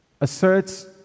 asserts